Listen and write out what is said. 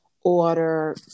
order